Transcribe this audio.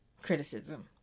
Criticism